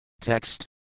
Text